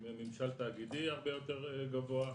עם ממשל תאגידי הרבה יותר גבוה,